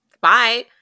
bye